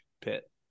pit